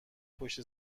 پشت